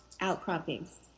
outcroppings